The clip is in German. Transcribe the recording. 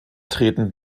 treten